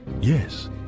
Yes